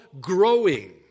growing